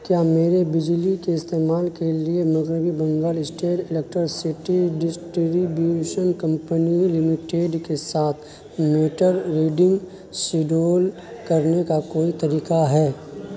کیا میرے بجلی کے استعمال کے لیے مغربی Bengal state electricity distribution company limited کے ساتھ میٹر ریڈنگ سیڈول کرنے کا کوئی طریقہ ہے